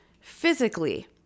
physically